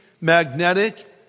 magnetic